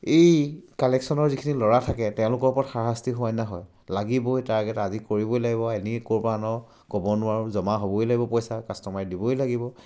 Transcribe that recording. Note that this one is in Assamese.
এই কালেকশ্যনৰ যিখিনি ল'ৰা থাকে তেওঁলোকৰ ওপৰত হাৰাশাস্তি হোৱা নিচিনা হয় লাগিবই টাৰগেট আজি কৰিবই লাগিব এনেই ক'ৰপৰা আনোঁ আৰু ক'ব নোৱাৰোঁ জমা হ'বই লাগিব পইচা কাষ্টমাৰে দিবই লাগিব